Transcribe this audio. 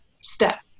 step